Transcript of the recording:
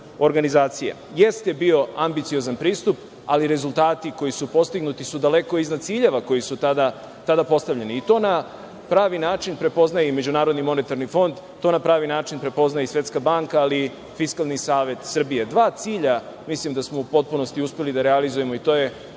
organizacije. Jeste bio ambiciozan pristup, ali rezultati koji su postignuti su daleko iznad ciljeva koji su tada postavljeni. To na pravi način prepoznaje i MMF, to na pravi način prepoznaje i Svetska banka, ali i Fiskalni savet Srbije. Dva cilja mislim da smo u potpunosti uspeli da realizujemo i to je